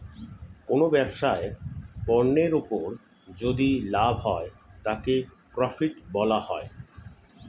কোনো ব্যবসায় পণ্যের উপর যদি লাভ হয় তাকে প্রফিট বলা হয়